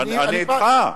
אני אתך.